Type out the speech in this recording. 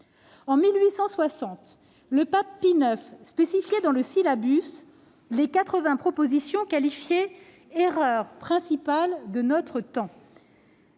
En 1860, le pape Pie IX spécifiait dans son les 80 propositions qualifiées d'« erreurs principales de notre temps »